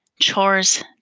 chores